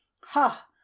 Ha